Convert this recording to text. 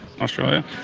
Australia